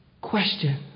question